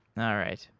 all right.